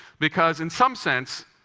because, in some sense,